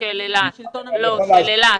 של אילת.